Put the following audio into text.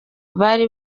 bari